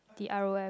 the R_O_M